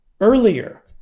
earlier